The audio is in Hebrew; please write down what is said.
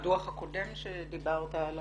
אני רק אציין שבדוח הקודם שדיברת עליו,